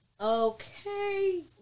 okay